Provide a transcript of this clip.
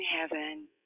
Heaven